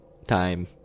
time